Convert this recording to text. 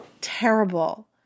terrible